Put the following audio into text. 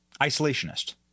isolationist